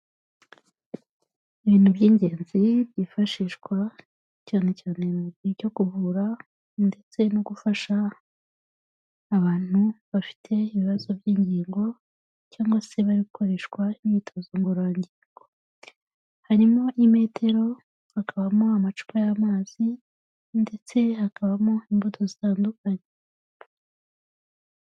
Ibintu by'ingenzi byifashishwa cyane cyane mu gihe cyo kuvura ndetse no gufasha abantu bafite ibibazo by'ingingo cyangwa se bakoreshwa imyitozo ngororangingo, harimo imetero, hakabamo amacupa y'amazi, ndetse hakabamo imbuto zitandukanye.